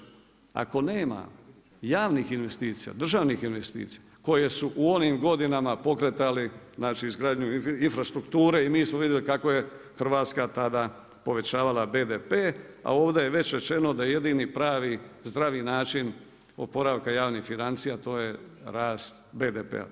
Ako nema javnih investicija, državnih investicija koje su u onim godinama pokretali znači izgradnju infrastrukture i mi smo vidjeli kako je Hrvatska tada povećavala BDP a ovdje je već rečeno da jedini, pravi, zdravi način oporavka javnih financija to je rast BDP-a.